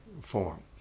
form